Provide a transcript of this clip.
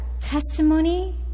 testimony